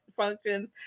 functions